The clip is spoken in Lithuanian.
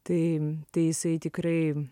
tai tai jisai tikrai